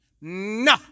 No